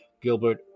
Gilbert